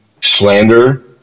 slander